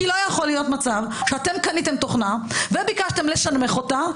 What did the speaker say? כי לא יכול להיות מצב שאתם קניתם תוכנה וביקשתם לשנמך אותה,